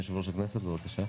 בבקשה,